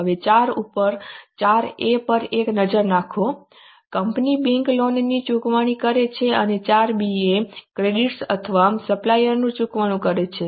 હવે 4 a પર એક નજર નાખો કંપની બેંક લોનની ચુકવણી કરે છે અને 4 b એ ક્રેડિટર્સ અથવા સપ્લાયર્સનું ચૂકવણું છે